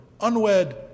unwed